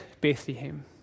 Bethlehem